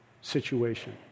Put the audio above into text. situation